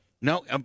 No